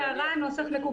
האם יש הערות לתיקון תקנה 86?